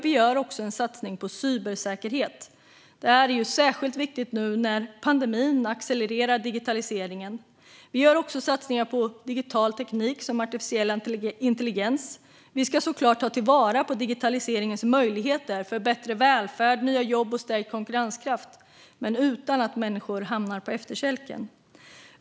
Vi gör också en satsning på cybersäkerhet. Det är särskilt viktigt nu när pandemin gör att digitaliseringen accelererar. Vi gör också satsningar på digital teknik som artificiell intelligens. Vi ska såklart ta vara på digitaliseringens möjligheter för en bättre välfärd, nya jobb och stärkt konkurrenskraft, men utan att människor hamnar på efterkälken.